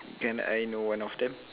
can I know one of them